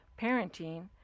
parenting